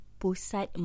pusat